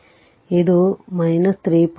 ಆದ್ದರಿಂದ ಇದು 3